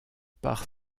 par